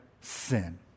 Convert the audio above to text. sin